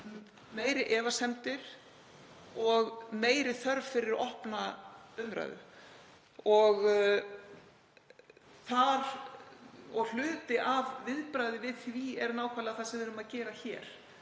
fleiri efasemdir og meiri þörf fyrir opna umræðu. Hluti af viðbragði við því er nákvæmlega það sem við erum að gera hér,